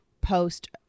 post